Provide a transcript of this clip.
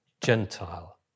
Gentile